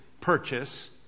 purchase